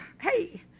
hey